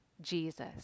Jesus